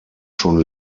schon